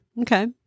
Okay